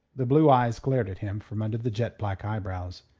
the blue eyes glared at him from under the jet-black eyebrows,